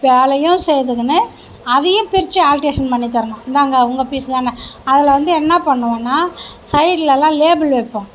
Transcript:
வேலையும் செய்துக்கினு அதையும் பிரித்து ஆல்டேஷன் பண்ணி தரணும் இந்தாங்க உங்கள் பீஸ் தானே அதில் வந்து என்ன பண்ணுவோம்னா சைடுலலாம் லேபிள் வைப்போம்